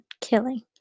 killing